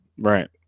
Right